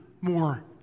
more